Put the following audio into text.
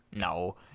No